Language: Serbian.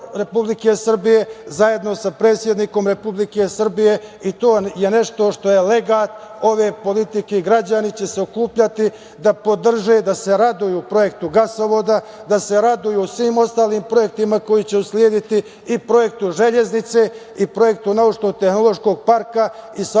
Republike Srbije, zajedno sa predsednikom Republike Srbije i to je nešto što je legat ove politike. Građani će se okupljati da podrže i da se raduju projektu gasovoda, da se raduju svim ostalim projektima koji će uslediti, i projektu železnice i projektu naučno-tehnološkog parka i svakom